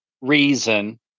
reason